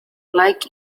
like